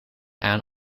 aan